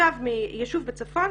תושב הצפון,